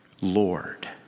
Lord